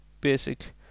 basic